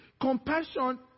Compassion